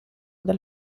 dal